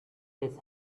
his